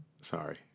sorry